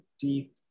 deep